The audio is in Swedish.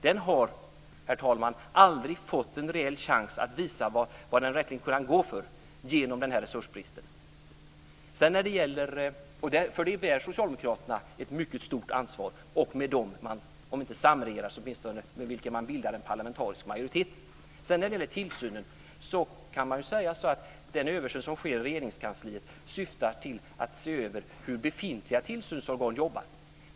Den har, herr talman, aldrig fått en reell chans att visa vad den verkligen kunnat gå för genom resursbristen. För det bär socialdemokraterna ett mycket stort ansvar, och det gör också de som socialdemokraterna om inte samregerar så åtminstone bildar en parlamentarisk majoritet med. När det gäller tillsynen kan man säga att den översyn som sker i Regeringskansliet syftar till att se över hur befintliga tillsynsorgan jobbar.